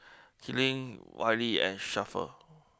Kyleigh Wiley and Shafter